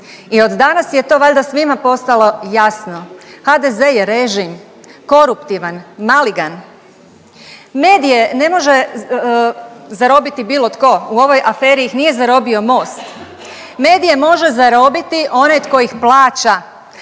i od danas je to valjda svima postalo jasno. HDZ je režim, koruptivan, maligan. Medije zarobiti bilo tko. U ovoj aferi nije ih zarobio Most, medije može zarobiti onaj tko ih plaća,